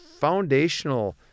foundational